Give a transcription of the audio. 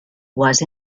was